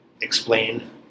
explain